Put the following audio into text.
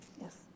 Yes